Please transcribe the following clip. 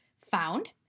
found